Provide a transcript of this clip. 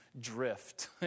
drift